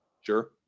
Sure